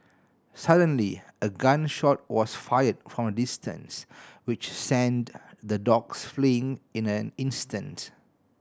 suddenly a gun shot was fired from a distance which sent the dogs fleeing in an instant